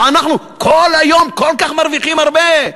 שאנחנו מרוויחים כל כך הרבה.